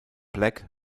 black